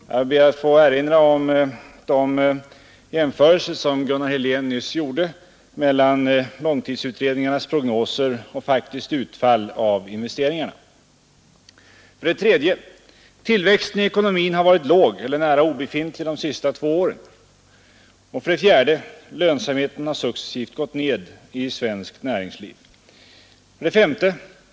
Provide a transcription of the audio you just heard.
Jag ber att få erinra om de jämförelser som Gunnar Helén nyss gjorde mellan långtidsutredningarnas prognoser och faktiskt utfall av investeringarna. 3. Tillväxten i ekonomin har varit låg eller nära obefintlig under de senaste två åren. 4. Lönsamheten har successivt gått ned i svenskt näringsliv. 5.